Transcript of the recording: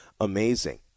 amazing